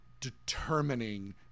determining